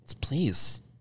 Please